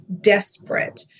desperate